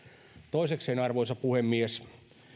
toisekseen arvoisa puhemies